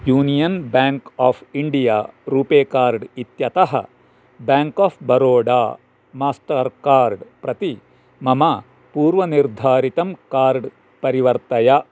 union Bank of India RuPay card इत्यतः Bank of Baroda Mastercard प्रति मम पूर्वनिर्धारितं कार्ड् परिवर्तय